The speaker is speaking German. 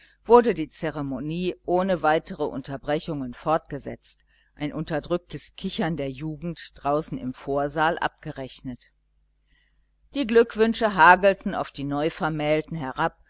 wurde die zeremonie ohne weitere unterbrechungen fortgesetzt ein unterdrücktes kichern der jugend draußen im vorsaal abgerechnet die glückwünsche hagelten auf die neuvermählten herab